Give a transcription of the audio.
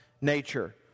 nature